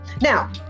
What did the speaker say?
Now